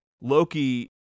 Loki